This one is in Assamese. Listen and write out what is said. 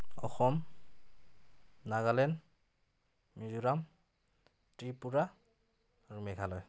অসম নাগালেণ্ড মিজোৰাম ত্ৰিপুৰা আৰু মেঘালয়